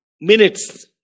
minutes